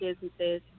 businesses